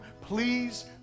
please